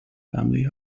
family